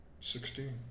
Sixteen